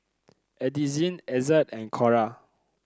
Addisyn Ezzard and Cora